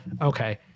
Okay